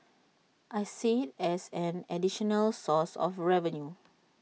I see IT as an additional source of revenue